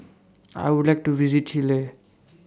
I Would like to visit Chile